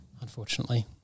Unfortunately